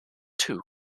two